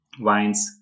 wines